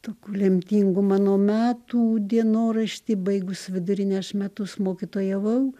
tokių lemtingų mano metų dienoraštį baigus vidurinę aš metus mokytojavau